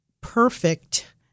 perfect